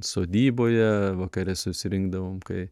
sodyboje vakare susirinkdavom kai